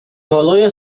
کالای